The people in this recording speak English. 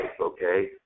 okay